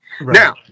Now